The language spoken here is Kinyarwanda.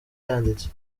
yanditse